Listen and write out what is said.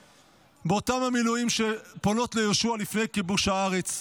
באותן מילים שפונות ליהושע לפני כיבוש הארץ: